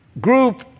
group